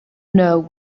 know